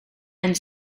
and